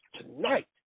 tonight